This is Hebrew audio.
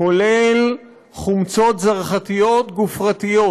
כולל חומצות זרחתיות גופרתיות,